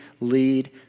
lead